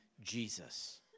Jesus